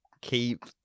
keep